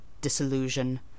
disillusion